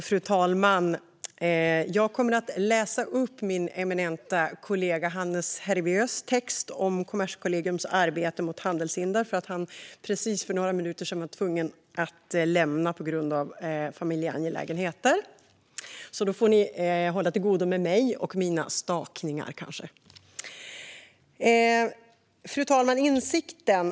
Fru talman! Jag kommer att läsa upp min eminenta kollega Hannes Hervieus text om Kommerskollegiums arbete mot handelshinder. För bara några minuter sedan var han tvungen att lämna kammaren på grund av familjeangelägenheter, så ni får hålla till godo med mig och mina eventuella stakningar. Fru talman!